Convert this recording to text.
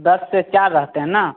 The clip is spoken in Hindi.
दस से चार रहते हैं न